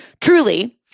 truly